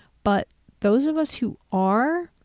but those of us who are,